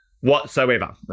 whatsoever